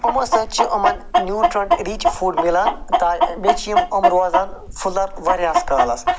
یِمو سۭتۍ چھ یِمَن نیوٗٹرنٛٹ رِچ فُڈ مِلان بیٚیہِ چھِ یِم یِم روزان فُلَر واریاہَس کالَس